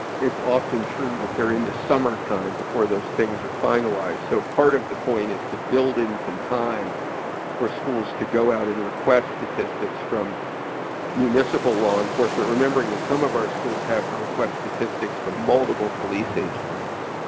it's often true that they're in the summertime before those things are finalized. so part of the point is to build in some time for schools to go out and request statistics from municipal law enforcement. remembering that some of our schools have to request statistics from multiple police agencies.